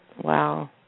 Wow